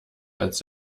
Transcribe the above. als